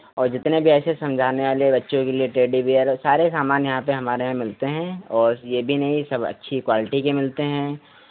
और जितने भी ऐसे समझाने वाले बच्चों के लिए टेडी बियर है सारे सामान यहाँ पे हमारे यहाँ मिलते हैं और ये भी नहीं सब अच्छी क्वालिटी के मिलते हैं